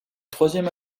troisième